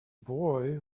boy